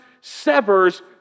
severs